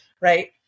right